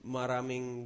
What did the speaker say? maraming